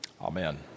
amen